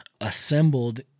assembled